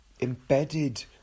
embedded